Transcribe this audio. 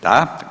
Da.